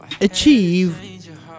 achieve